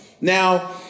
Now